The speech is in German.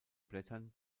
blättern